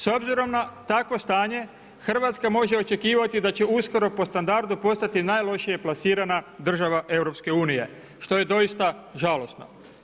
S obzirom na takvo stanje Hrvatska može očekivati da će uskoro po standardu postati najlošije plasirana država EU što je doista žalosno.